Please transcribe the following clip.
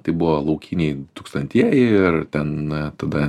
tai buvo laukiniai du tūkstantieji ir ten tada